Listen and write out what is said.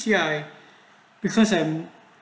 ya because I'm